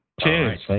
Cheers